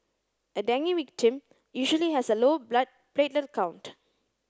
a dengue victim usually has a low blood platelet count